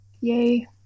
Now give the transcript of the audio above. yay